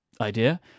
idea